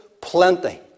plenty